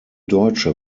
deutsche